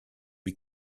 lui